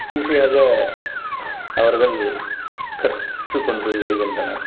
ஈசியாக அவர்கள் கற்றுக்கொண்டு விடுகின்றனர்